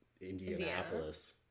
Indianapolis